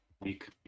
week